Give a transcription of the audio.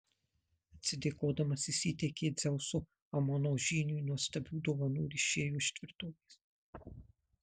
atsidėkodamas jis įteikė dzeuso amono žyniui nuostabių dovanų ir išėjo iš tvirtovės